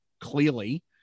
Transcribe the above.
clearly